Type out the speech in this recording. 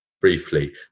briefly